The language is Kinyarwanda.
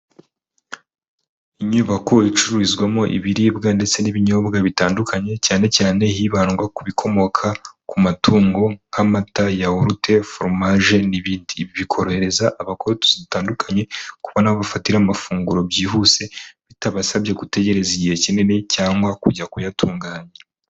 Inyubako icururizwamo ibiribwa ndetse n'ibinyobwa bitandukanye cyane cyane hibandwa ku bikomoka ku mango, nk'amata yaworute, foromaje n'ibindi. Ibi bikorohereza abakora utuzi dutandukanye kubona aho bafatira amafunguro byihuse, bitabasabye gutegereza igihe kinini cyangwa kujya kuyatunganya.